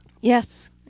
Yes